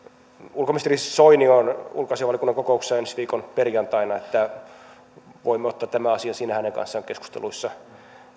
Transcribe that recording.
ulkoministeri soini on ulkoasiainvaliokunnan kokouksessa ensi viikon perjantaina niin että voimme ottaa tämän asian siinä hänen kanssaan keskusteluissa